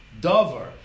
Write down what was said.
davar